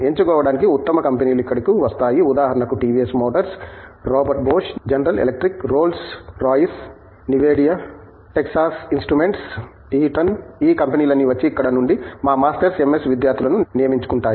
ఎంచుకోవడానికి ఉత్తమ కంపెనీలు ఇక్కడకు వస్తాయి ఉదాహరణకు టీవీఎస్ మోటార్లు Robert Bosch General Electric Rolls Royce Nvidia Texas Instruments Eaton ఈ కంపెనీలన్నీ వచ్చి ఇక్కడ నుండి మా మాస్టర్స్ ఎంఎస్ విద్యార్థులను నియమించుకుంటాయి